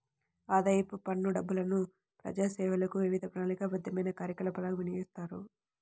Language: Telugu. ఆదాయపు పన్ను డబ్బులను ప్రజాసేవలకు, వివిధ ప్రణాళికాబద్ధమైన కార్యకలాపాలకు వినియోగిస్తారు